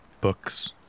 books